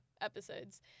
episodes